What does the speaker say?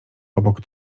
obok